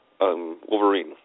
Wolverine